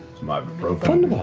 some ibuprofen.